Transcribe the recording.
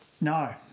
No